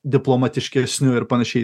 diplomatiškesniu ir panašiai